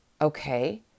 Okay